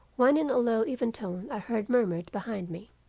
when in a low even tone i heard murmured behind me,